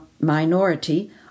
minority